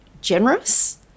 generous